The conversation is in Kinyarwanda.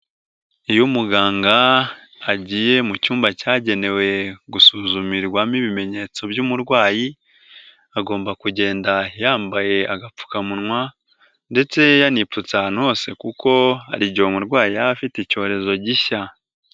Iyo umuganga agiye mu cyumba cyagenewe gusuzumirwamo ibimenyetso by'umurwayi, agomba kugenda yambaye agapfukamunwa ndetse yanipfutse ahantu hose kuko hari igihe umurwayi yaba afite icyorezo gishya.